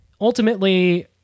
ultimately